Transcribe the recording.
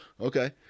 Okay